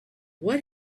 what